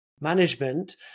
management